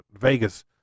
Vegas